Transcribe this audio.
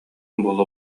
буола